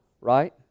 right